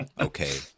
okay